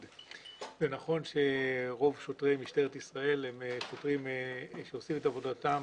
ונכון שרוב שוטרי משטרת ישראל הם שוטרים שעושים את עבודתם